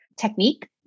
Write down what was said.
technique